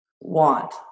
want